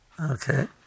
Okay